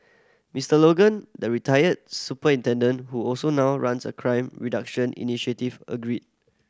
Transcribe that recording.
Mister Logan the retired superintendent who also now runs a crime reduction initiative agreed